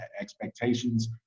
expectations